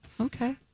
Okay